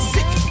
Sick